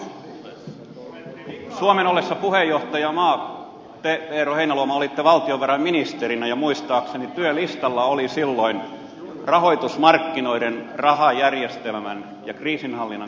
tiettävästi suomen ollessa puheenjohtajamaa te eero heinäluoma olitte valtiovarainministerinä ja muistaakseni työlistalla oli silloin rahoitusmarkkinoiden rahajärjestelmän ja kriisinhallinnan kehittäminen